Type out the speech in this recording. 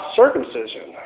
circumcision